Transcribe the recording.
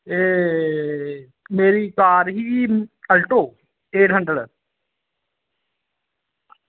एह् मेरी कार ही ऑल्टो एट हंड्रेड